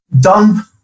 dump